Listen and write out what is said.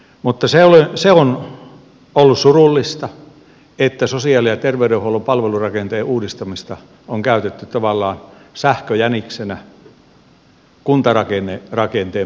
mutta se on ollut surullista että sosiaali ja ter veydenhuollon palvelurakenteen uudistamista on käytetty tavallaan sähköjäniksenä kuntarakenteen muutokseksi